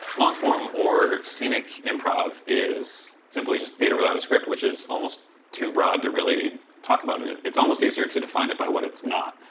long-form or scenic improv is simply just theater without a script, which is almost too broad to really talk about. and it's almost easier to define it by what it's not.